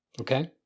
Okay